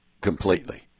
completely